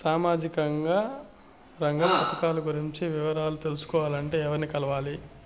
సామాజిక రంగ పథకాలు గురించి వివరాలు తెలుసుకోవాలంటే ఎవర్ని కలవాలి?